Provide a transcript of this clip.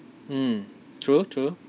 mm true true